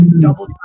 double